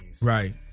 right